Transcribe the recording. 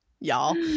y'all